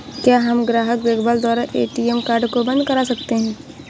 क्या हम ग्राहक देखभाल द्वारा ए.टी.एम कार्ड को बंद करा सकते हैं?